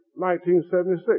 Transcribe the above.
1976